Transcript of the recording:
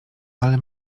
ale